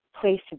place